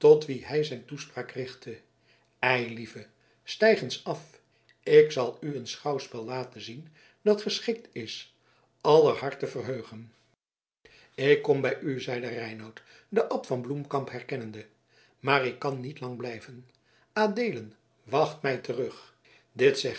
hij zijne toespraak richtte eilieve stijg eens af ik zal u een schouwspel laten zien dat geschikt is aller hart te verheugen ik kom bij u zeide reinout den abt van bloemkamp herkennende maar ik kan niet lang blijven adeelen wacht mij terug dit